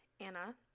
Anna